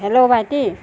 hello ভাইটি